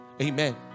Amen